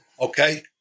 okay